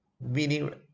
Meaning